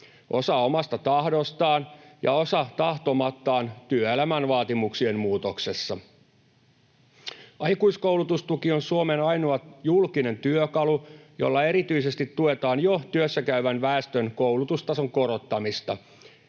osa omasta tahdostaan ja osa tahtomattaan työelämän vaatimuksien muutoksessa. Aikuiskoulutustuki on Suomen ainoa julkinen työkalu, jolla erityisesti tuetaan jo työssäkäyvän väestön koulutustason korottamista.